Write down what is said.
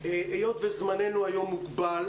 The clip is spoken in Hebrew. היות וזמננו מוגבל,